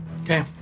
Okay